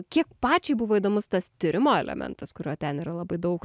kiek pačiai buvo įdomus tas tyrimo elementas kurio ten yra labai daug